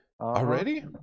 Already